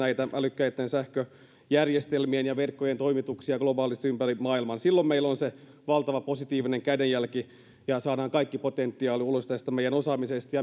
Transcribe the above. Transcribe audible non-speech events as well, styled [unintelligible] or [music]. älykkäitten sähköjärjestelmien ja verkkojen toimituksia globaalisti ympäri maailman silloin meillä on se valtava positiivinen kädenjälki ja saadaan kaikki potentiaali ulos tästä meidän osaamisestamme [unintelligible]